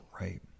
Right